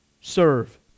serve